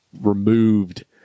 removed